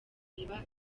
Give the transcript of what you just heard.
iriba